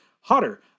hotter